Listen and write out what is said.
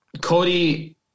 Cody